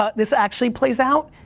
ah this actually plays out,